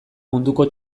munduko